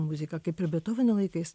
muziką kaip ir bethoveno laikais